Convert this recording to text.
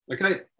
Okay